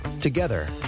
Together